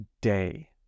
day